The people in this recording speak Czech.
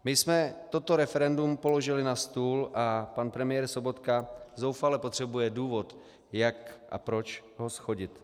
My jsme toto referendum položili na stůl a pan premiér Sobotka zoufale potřebuje důvod, jak a proč ho shodit.